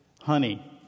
honey